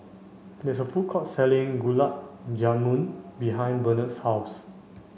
there is a food court selling Gulab Jamun behind Benard's house